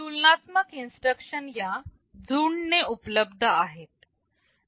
तुलनात्मक इन्स्ट्रक्शन या झुंडने उपलब्ध आहेत